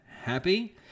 happy